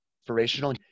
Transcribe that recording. inspirational